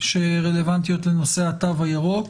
שלרלבנטיות לנושא התו הירוק,